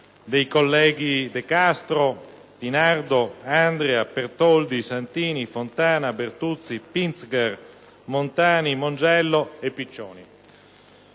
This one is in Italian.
dei colleghi De Castro, Di Nardo, Andria, Pertoldi, Santini, Fontana, Bertuzzi, Pinzger, Montani, Mongiello e Piccioni,